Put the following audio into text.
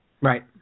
Right